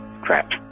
Crap